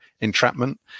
entrapment